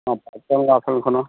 অঁ গোটেই ল'ৰাক ছোৱালীখনৰ